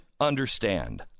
understand